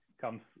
comes